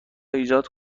ایجاد